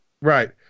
Right